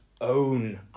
Own